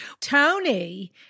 Tony